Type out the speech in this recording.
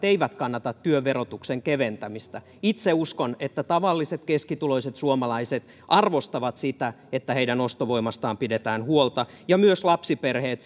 eivät kannata työn verotuksen keventämistä itse uskon että tavalliset keskituloiset suomalaiset arvostavat sitä että heidän ostovoimastaan pidetään huolta ja myös lapsiperheet